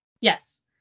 Yes